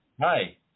Hi